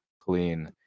clean